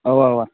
اَوا اَوا